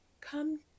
come